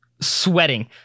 sweating